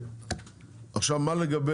דוד,